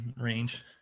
range